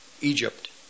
Egypt